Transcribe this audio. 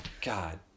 God